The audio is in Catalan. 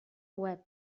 web